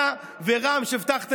אתה, ורע"מ, שהבטיחו